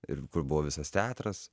ir kur buvo visas teatras